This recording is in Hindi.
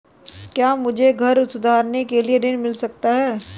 क्या मुझे घर सुधार के लिए ऋण मिल सकता है?